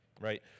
right